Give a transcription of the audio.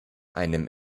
einem